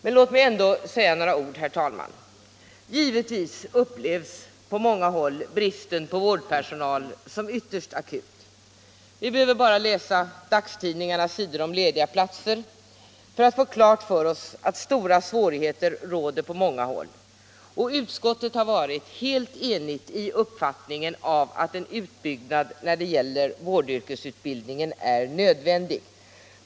Men låt mig ändå säga några ord, herr talman. Givetvis upplevs bristen på vårdpersonal på många håll som ytterst akut. Vi behöver bara läsa dagstidningarnas sidor om lediga platser för att få klart för oss att stora svårigheter råder på många håll. Utskottet har varit helt enigt i uppfattningen att en utbyggnad när det gäller vårdyrkesutbildningen är nödvändig.